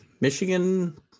Michigan